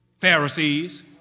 Pharisees